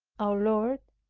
our lord,